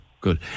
Good